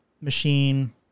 machine